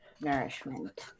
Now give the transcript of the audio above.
Nourishment